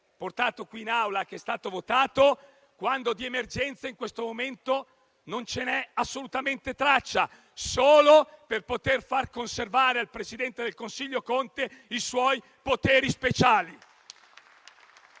votato qui in Aula, quando di emergenze in questo momento non ce n'è assolutamente traccia, solo per poter far conservare al presidente del Consiglio Conte i suoi poteri speciali.